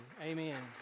Amen